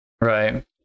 Right